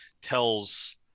tells